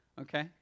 okay